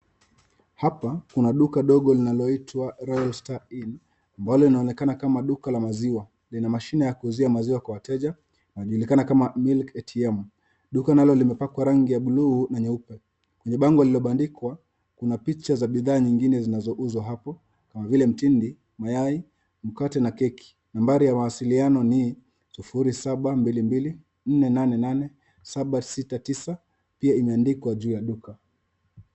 Hapa kuna duka dogo linaloitwa Royal Star Inn, ambalo linaonekana kama duka la maziwa. Lina mashine ya kuuzia maziwa kwa wateja inayojulikana kama milk ATM . Duka nalo limepakwa rangi ya buluu na nyeupe. Kwenye bango lililobandikwa kuna picha za bidhaa zingine zinazouzwa hapo kama vile; mtindi, mayai, mkate na keki. Nambari ya uwasiliano ni 0722488769 pia imeandikwa juu ya duka.